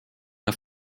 auf